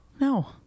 No